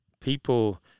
people